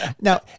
Now